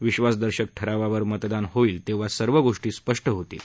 विश्वासदर्शक ठरारावर मतदान होईल तेव्हा सर्व गोष्टी स्पष्ट होतील